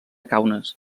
kaunas